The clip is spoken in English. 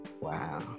Wow